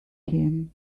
him